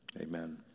amen